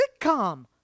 sitcom